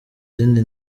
zindi